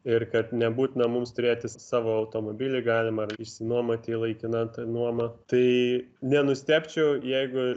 ir kad nebūtina mums turėti savo automobilį galima išsinuomoti laikina ta nuoma tai nenustebčiau jeigu